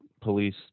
police